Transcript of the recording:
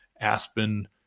aspen